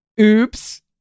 oops